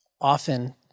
often